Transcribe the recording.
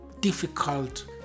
difficult